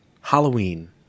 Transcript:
Halloween